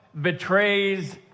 betrays